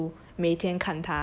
apply job just to